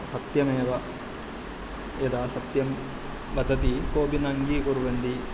सत्यमेव यदा सत्यं वदति कोपि न अङ्गीकुर्वन्ति